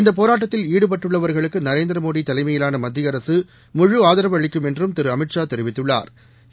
இந்த போராட்டத்தில் ஈடுபட்டுள்ளவர்களுக்கு நரேந்திரமோடி தலைமையிவான மத்திய அரசு முழு ஆதரவு அளிக்கும் என்றும் திரு அமித்ஷா தெரிவித்துள்ளாா்